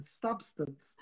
substance